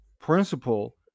principle